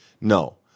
no